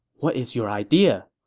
what is your idea?